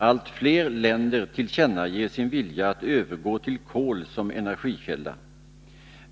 Allt fler länder tillkännager sin vilja att övergå till kol som energikälla.